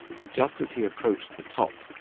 but just as he approached the top,